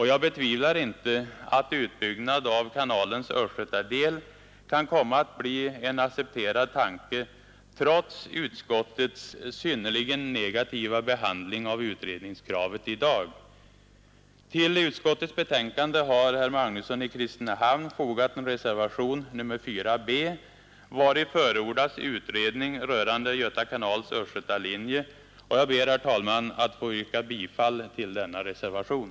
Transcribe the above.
Jag betvivlar inte att utbyggnad av kanalens östgötadel kan komma att bli en accepterad tanke, trots utskottets synnerligen negativa behandling av utredningskravet i dag. Till utskottets betänkande har herr Magnusson i Kristinehamn fogat reservationen 4 b, vari förordas utredning rörande Göta kanals östgötalinje. Jag ber att få yrka bifall till denna reservation.